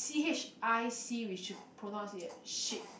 c H I C we should pronounce it as chic